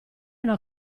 una